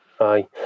aye